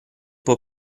può